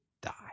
die